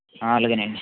అలాగేనండి